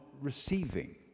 receiving